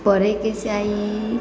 पढ़ैके चाही